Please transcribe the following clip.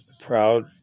proud